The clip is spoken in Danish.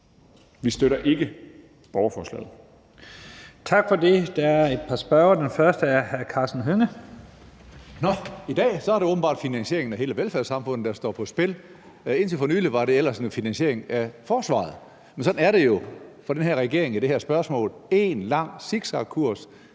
(Leif Lahn Jensen): Tak for det. Der er et par spørgere. Den første er hr. Karsten Hønge. Kl. 14:43 Karsten Hønge (SF): Nå, i dag er det åbenbart finansieringen af hele velfærdssamfundet, der står på spil. Indtil for nylig var det ellers finansieringen af forsvaret. Men sådan er det jo for den her regering i det her spørgsmål, nemlig en lang zigzagkurs